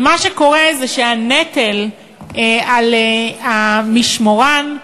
ומה שקורה זה שהנטל על המשמורן,